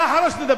אתה, חבל שתדבר.